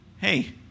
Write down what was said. hey